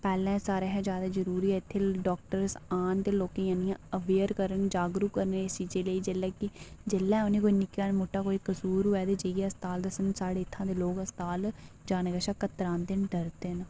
पैह्लें सारें शा जैदा जरूरी ऐ इत्थै डाक्टर औन ते लोकें गी आह्नियै अवेयर करना जागरूक चीज लेई कि जेल्लै उनेंगी कोई निक्का मुट्टा कसूर होऐ ते जाइयै अस्पताल दस्सन साढ़े इत्थै दे लोग अस्पताल जाने कशा कतरांदे न डरदे न